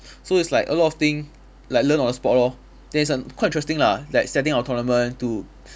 so it's like a lot of thing like learn on the spot lor then it's err quite interesting lah like setting up tournament to